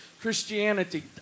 Christianity